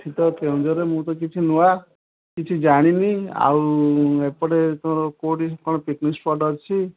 ଏଠି ତ କେଉଁଝରରେ ମୁଁ ତ କିଛି ନୂଆ କିଛି ଜାଣିନି ଆଉ ଏପଟେ ତ କେଉଁଠି କ'ଣ ପିକନିକ୍ ସ୍ପଟ୍ ଅଛି